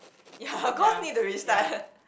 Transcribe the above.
ya of course need to restart ah